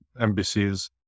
NBC's